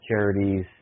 Charities